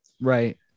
right